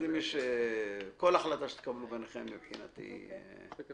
כל החלטה שתקבלו ביניכם, מבחינתי מקובל.